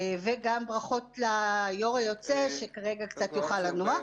וגם ברכות ליו"ר היוצא שכרגע קצת יוכל לנוח.